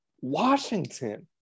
Washington